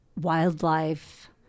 wildlife